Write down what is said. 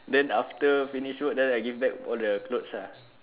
then after finish work then I give back all the clothes ah